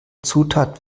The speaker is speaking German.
zutat